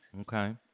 Okay